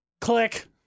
Click